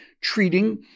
treating